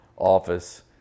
office